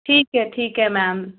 ਠੀਕ ਹੈ ਠੀਕ ਹੈ ਮੈਮ